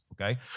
okay